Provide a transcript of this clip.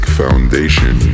foundation